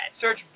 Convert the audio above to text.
Search